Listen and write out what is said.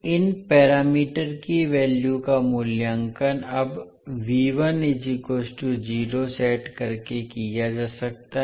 इन parameter की value का मूल्यांकन अब सेट करके किया जा सकता है